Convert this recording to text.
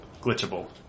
glitchable